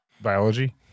biology